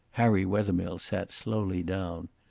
harry wethermill sat slowly down.